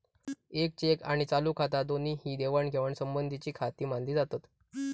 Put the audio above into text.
येक चेक आणि चालू खाता दोन्ही ही देवाणघेवाण संबंधीचीखाती मानली जातत